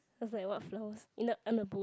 was like what flowers in the